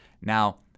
Now